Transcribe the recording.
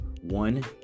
one